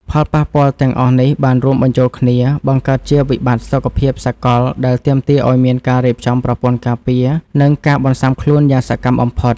ផលប៉ះពាល់ទាំងអស់នេះបានរួមបញ្ចូលគ្នា បង្កើតជាវិបត្តិសុខភាពសកលដែលទាមទារឱ្យមានការរៀបចំប្រព័ន្ធការពារ និងការបន្ស៊ាំខ្លួនយ៉ាងសកម្មបំផុត។